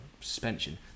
suspension